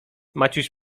maciuś